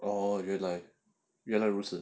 oh 原来原来如此